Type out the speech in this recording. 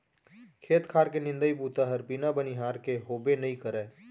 खेत खार के निंदई बूता हर बिना बनिहार के होबे नइ करय